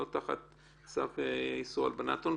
אבל הרבה 500 שקל יכולים להגיע אולי בסוף ל-5 מיליון.